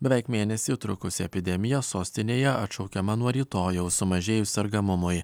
beveik mėnesį trukusią epidemiją sostinėje atšaukiama nuo rytojaus sumažėjus sergamumui